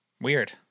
Weird